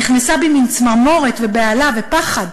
נכנסה בי מין צמרמורת ובהלה ופחד.